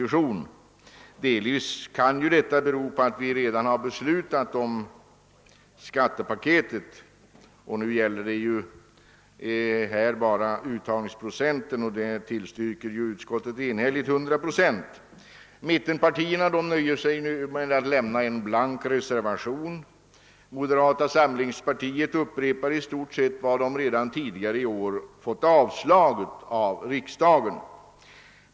Delvis kan det bero på att vi redan har beslutat om skattepaketet och det nu bara gäller uttagningsprocenten — på den punkten tillstyrker utskottet enhälligt 100 procent. Mittenpartierna nöjer sig nu med att avge en blank reservation. Moderata samlingspartiet upprepar i stort sett de förslag som det redan tidigare har fått avslag på av riksdagen.